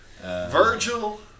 Virgil